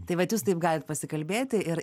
tai vat jūs taip galit pasikalbėti ir